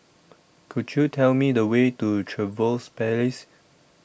Could YOU Tell Me The Way to Trevose Palace